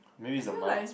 maybe it's a mic